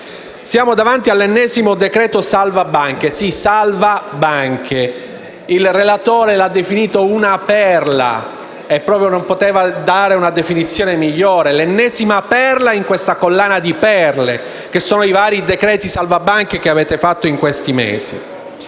Siamo davanti all'ennesimo decreto salva banche: sì, salva banche. Il relatore lo ha definito una perla. E non poteva proprio dare una definizione migliore. È l'ennesima perla in questa collana di perle che sono i vari decreti salva banche approvati in questi mesi.